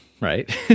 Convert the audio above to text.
right